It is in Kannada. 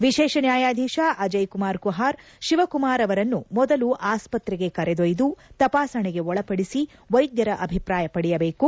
ವಿಶೇಷ ನ್ಕಾಯಾಧೀಶ ಅಜಯ್ ಕುಮಾರ್ ಕುಪಾರ್ ಶಿವಕುಮಾರ್ ಅವರನ್ನು ಮೊದಲು ಆಸ್ಪತ್ರೆಗೆ ಕರೆದೊಯ್ದು ತಪಾಸಣೆಗೆ ಒಳಪಡಿಸಿ ವೈದ್ಯರ ಅಭಿಪ್ರಾಯಪಡೆಯಬೇಕು